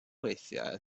weithiau